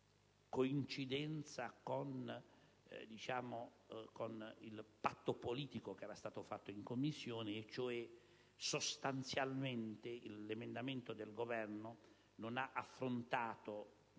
coincidenza con il patto politico che era stato stretto in Commissione, visto che l'emendamento del Governo non ha affrontato